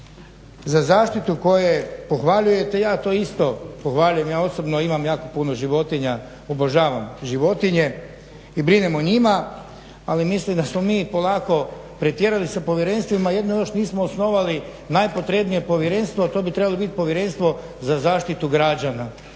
za zaštitu koje pohvaljujete, ja to isto pohvaljujem, ja osobno imam jako puno životinja i obožavam životinje i brinem o njima ali mislim da smo mi polako pretjerali sa povjerenstvima, jedino još nismo osnovali najpotrebnije povjerenstvo a to bi trebali biti povjerenstvo za zaštitu građana.